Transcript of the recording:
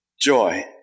joy